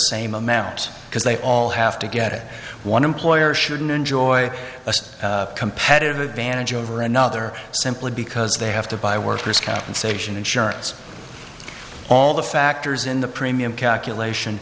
same amount because they all have to get one employer shouldn't enjoy a competitive advantage over another simply because they have to buy workers compensation insurance all the factors in the premium calculation